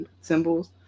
symbols